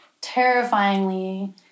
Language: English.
terrifyingly